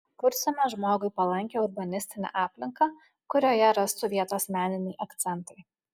kursime žmogui palankią urbanistinę aplinką kurioje rastų vietos meniniai akcentai